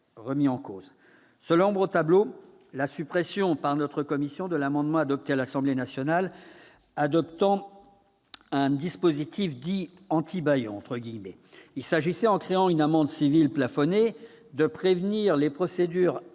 remis en cause. Seule ombre au tableau : la suppression, par notre commission, de l'amendement adopté à l'Assemblée nationale introduisant un dispositif dit « anti-bâillons ». Il s'agissait, en créant une amende civile plafonnée, de prévenir les procédures abusives